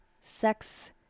sex